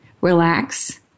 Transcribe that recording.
relax